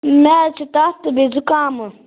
مےٚ حظ چھُ تپھ تہٕ بیٚیہِ زُکامہٕ